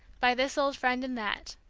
by this old friend and that.